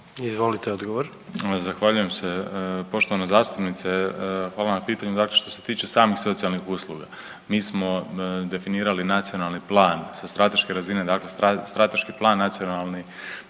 Josip (HDZ)** Zahvaljujem se. Poštovana zastupnice, hvala na pitanju. Dakle što se tiče samih socijalnih usluga, mi smo definirali nacionalni plan sa strateške razine, dakle strateški plan nacionalni